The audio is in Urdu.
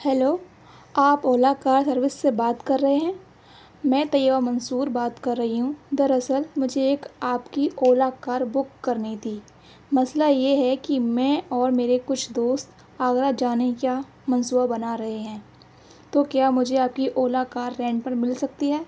ہیلو آپ اولا کار سروس سے بات کر رہے ہیں میں طیبہ منصور بات کر رہی ہوں دراصل مجھے ایک آپ کی اولا کار بک کرنی تھی مسئلہ یہ ہے کہ میں اور میرے کچھ دوست آگرہ جانے کا منصوبہ بنا رہے ہیں تو کیا مجھے آپ کی اولا کار رینٹ پر مل سکتی ہے